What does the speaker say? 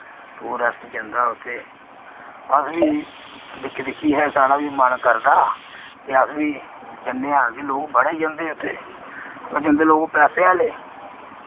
tourist जंदा उत्थै अस बी दिक्खी दिक्खियै साढ़ा मन बी करदा कि अस बी जन्नेआं कि लोक बड़े जन्दे उत्थै वा जन्दे लोक पैसे आह्ले